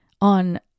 on